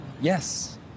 Yes